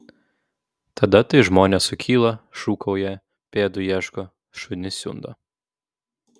tada tai žmonės sukyla šūkauja pėdų ieško šunis siundo